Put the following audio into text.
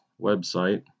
website